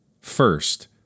First